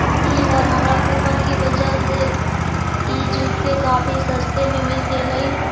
ई बार हमारा कूपन की वजह से यह जूते काफी सस्ते में मिल गेलइ